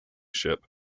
ship